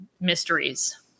mysteries